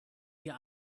wir